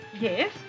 Yes